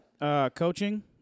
coaching